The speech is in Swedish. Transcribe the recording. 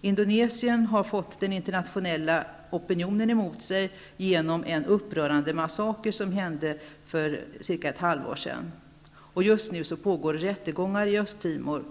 Indonesien har fått den internationella opinionen emot sig genom den upprörande massakern för ett halvår sedan. Just nu pågår rättegångar i Östtimor.